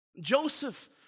Joseph